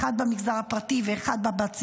אחד במגזר הפרטי ואחד במגזר הציבורי,